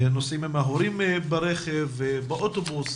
נוסעים עם ההורים ברכב ובאוטובוס,